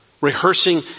rehearsing